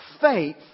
faith